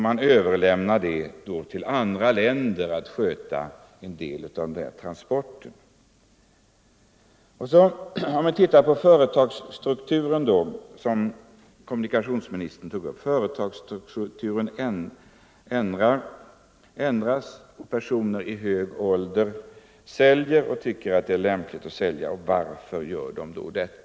Man överlämnar således till andra länder att sköta en del av dessa transporter. Kommunikationsministern sade att företagsstrukturen ändras och att personer i hög ålder tycker att det är lämpligt att sälja. Varför gör man då det?